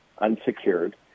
unsecured